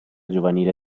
giovanile